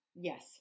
Yes